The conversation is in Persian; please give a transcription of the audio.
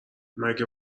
مگه